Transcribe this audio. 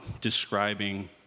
describing